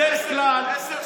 אבל ליברמן היה בממשלה עשר שנים.